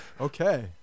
Okay